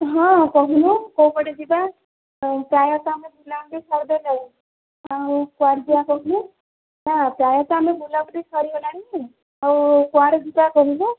ହଁ କହୁନୁ କେଉଁ ପଟେ ଯିବା ତ ପ୍ରାୟତଃ ଆମେ ବୁଲାବୁଲି ଆଉ କୁଆଡ଼େ ଯିବା କହୁନୁ ହଁ ପ୍ରାୟତଃ ଆମର ବୁଲାବୁଲି ସରିଗଲାଣି ଆଉ କୁଆଡ଼େ ଯିବା କହୁନୁ